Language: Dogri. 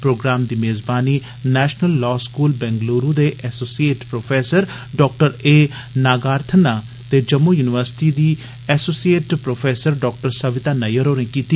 प्रोग्राम दी मेज़बानी नेशनल लॉ स्कूल बैंगल्रू दे associate professor doctor A Nagarathna ते जम्मू य्निवर्सिटी दी association professor doctor Savita Nayyar होरें कीती